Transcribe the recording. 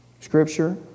Scripture